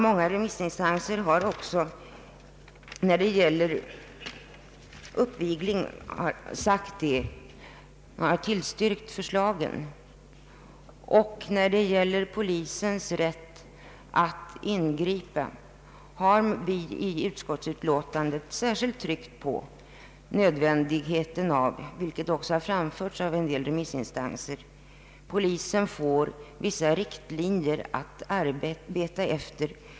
Många remissinstanser har också tillstyrkt förslagen i fråga om uppvigling. Beträffande polisens rätt att ingripa under själva demonstrationen har vi i utskottsutlåtandet särskilt tryckt på nödvändigheten av att — som också framhållits av en del remissinstanser — polisen får vissa riktlinjer att arbeta efter.